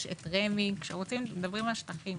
יש את רמ"י, כשמדברים על שטחים,